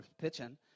pitching